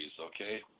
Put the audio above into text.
okay